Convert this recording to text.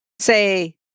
say